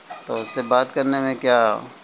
تو اس سے بات کرنے میں کیا